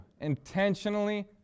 intentionally